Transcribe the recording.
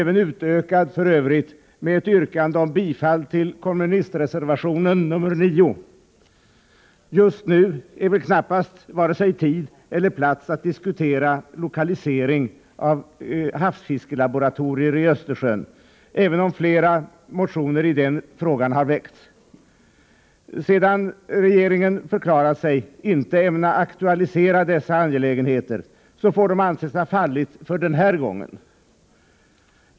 Jag vill för övrigt yrka bifall också till kommunistreservationen nr 9. Det här är väl knappast vare sig tiden eller platsen att diskutera lokalisering av havsfiskelaboratorier i Östersjön, även om flera motioner har väckts i den frågan. Sedan regeringen förklarat sig inte ämna aktualisera dessa angelägenheter får de anses ha fallit för den här gången.